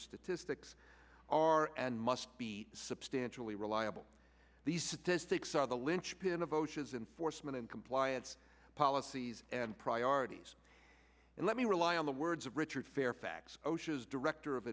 statistics are and must be substantially reliable these statistics are the linchpin of oceans and forstmann and compliance policies and priorities and let me rely on the words of richard fairfax osha as director of